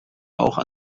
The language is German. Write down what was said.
auch